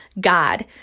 God